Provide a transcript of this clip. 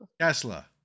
Tesla